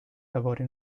lavora